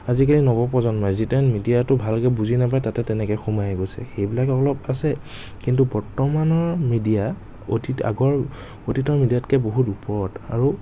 আজিকালি নৱ প্ৰজন্মই যেতিয়া মেডিয়াতো ভালকে বুজি নাপাই তাতে তেনেকে সোমাই গৈছে সেইবিলাক অলপ আছে কিন্তু বৰ্তমানৰ মেডিয়া অতীত আগৰ অতীতৰ মেডিয়াতকে বহুত ওপৰত আৰু